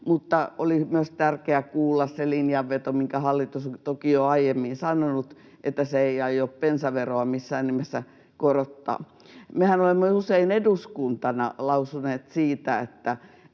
Oli myös tärkeää kuulla se linjanveto, minkä hallitus on toki jo aiemmin sanonut, että se ei aio bensaveroa missään nimessä korottaa. Mehän olemme usein eduskuntana lausuneet siitä,